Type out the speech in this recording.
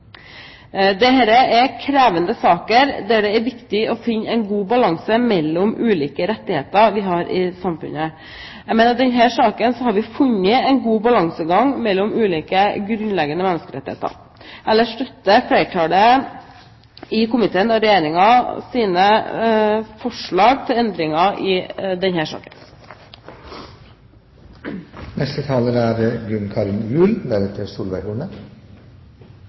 dette. Dette er krevende saker der det er viktig å finne en god balanse mellom ulike rettigheter vi har i samfunnet. Jeg mener at i denne saken har vi funnet en god balansegang mellom ulike grunnleggende menneskerettigheter. Ellers støtter flertallet i komiteen Regjeringens forslag til endringer i